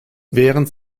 während